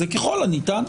אז זה "ככל הניתן".